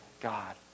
God